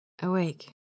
awake